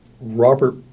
Robert